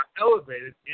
elevated